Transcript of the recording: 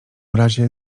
razie